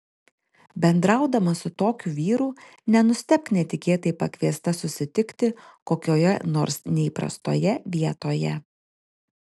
bendraudama su tokiu vyru nenustebk netikėtai pakviesta susitikti kokioje nors neįprastoje vietoje